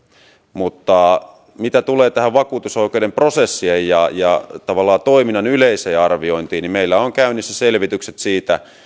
mutta mitä tulee tähän vakuutusoikeuden prosessien ja ja tavallaan toiminnan yleiseen arviointiin niin meillä on käynnissä selvitykset siitä